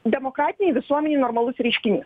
demokratinei visuomenei normalus reiškinys